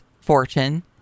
fortune